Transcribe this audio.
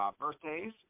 birthdays